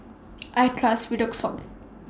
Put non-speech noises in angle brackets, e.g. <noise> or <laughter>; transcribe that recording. <noise> I Trust Redoxon